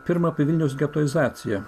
pirma apie vilniaus getoizaciją